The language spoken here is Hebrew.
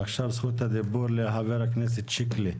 זכות הדיבור עכשיו לח"כ שיקלי.